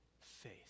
faith